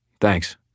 Thanks